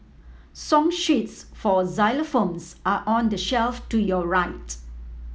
song sheets for xylophones are on the shelf to your right